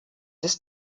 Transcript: des